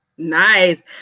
Nice